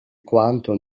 quanto